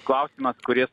klausimas kuris